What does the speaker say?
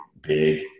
big